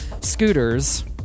scooters